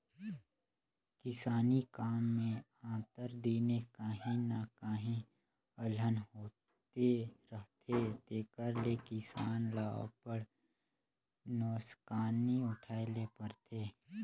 किसानी काम में आंतर दिने काहीं न काहीं अलहन होते रहथे तेकर ले किसान ल अब्बड़ नोसकानी उठाए ले परथे